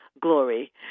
Glory